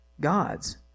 gods